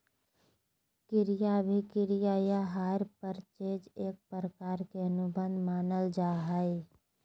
क्रय अभिक्रय या हायर परचेज एक प्रकार के अनुबंध मानल जा हय